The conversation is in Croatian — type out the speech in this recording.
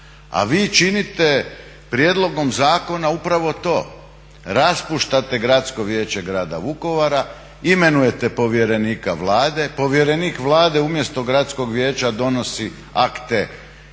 A vi činite prijedlogom zakona upravo to. Raspuštate Gradsko vijeće grada Vukovara, imenujete povjerenika Vlade, povjerenik Vlade umjesto gradskog vijeća donosi akte